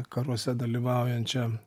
karuose dalyvaujančią